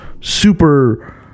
super